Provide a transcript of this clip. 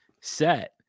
set